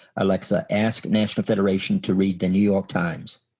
alexa ask national federation to read the new york times.